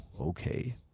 okay